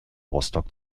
rostock